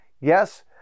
Yes